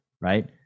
right